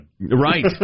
Right